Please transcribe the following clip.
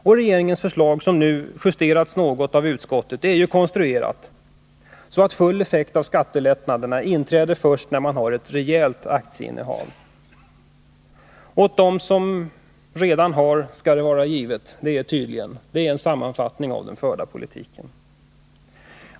Och regeringens förslag, som nu justerats något av utskottet, är ju konstruerat så att full effekt av skattelättnaderna inträder först när man har ett rejält aktieinnehav. Åt dem som redan har skall varda givet. Det är en sammanfattning av den förda politiken.